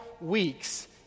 weeks